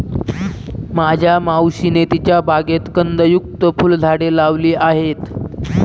माझ्या मावशीने तिच्या बागेत कंदयुक्त फुलझाडे लावली आहेत